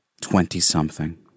twenty-something